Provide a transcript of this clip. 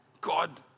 God